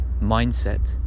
mindset